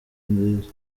nziza